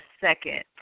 second